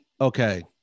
Okay